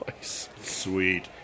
Sweet